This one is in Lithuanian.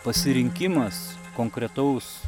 pasirinkimas konkretaus